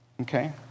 Okay